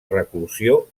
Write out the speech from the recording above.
reclusió